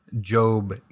Job